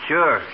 Sure